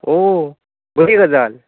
ओ बरी गजाल